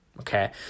Okay